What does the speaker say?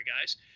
guys